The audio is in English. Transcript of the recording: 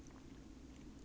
!aiyo!